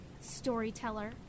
storyteller